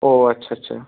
ও আচ্ছা আচ্ছা